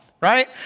right